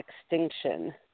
Extinction